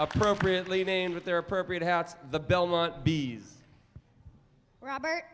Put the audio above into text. appropriately named with their appropriate hats the belmont b s robert